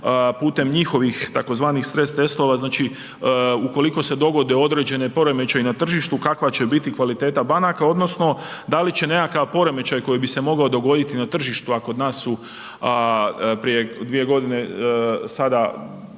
putem njihovih tzv. stres testova, znači ukoliko se dogode određeni poremećaji na tržištu, kakva će biti kvaliteta banaka odnosno da li će nekakav poremećaj koji bi se mogao dogoditi na tržištu, a kod nas su prije 2.g. sada